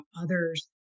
others